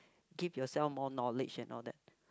keep yourself more knowledge and all that